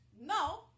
No